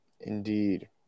Indeed